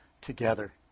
together